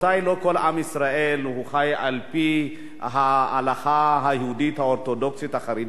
לא כל עם ישראל חי על-פי ההלכה היהודית האורתודוקסית החרדית.